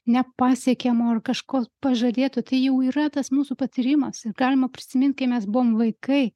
nepasiekiamo ar kažko pažadėto tai jau yra tas mūsų patyrimas galima prisimint kai mes buvom vaikai